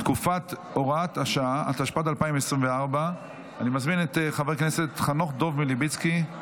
התשפ"ד 2024. אני מזמין את חבר הכנסת חנוך דב מלביצקי,